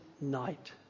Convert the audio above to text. night